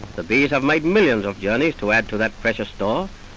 the bees have made millions of jellies to add to that precious store.